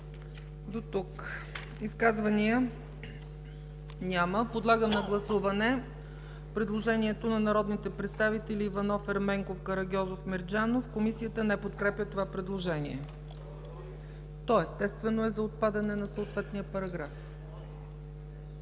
ЦАЧЕВА: Изказвания? Няма. Подлагам на гласуване предложението на народните представители Иванов, Ерменков, Карагьозов и Мерджанов. Комисията не подкрепя това предложение за отпадане на съответния параграф.